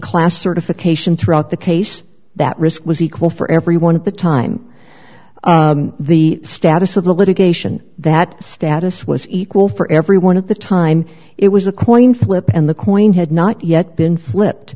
class certification throughout the case that risk was equal for everyone at the time the status of the litigation that status was equal for everyone at the time it was a coin flip and the coin had not yet been flipped